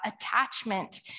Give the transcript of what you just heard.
attachment